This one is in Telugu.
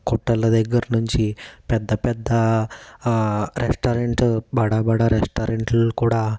హోటళ్ళ దగ్గర నుంచి పెద్ద పెద్ద రెస్టారెంట్ బడ బడ రెస్టారెంట్లు కూడా